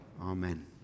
amen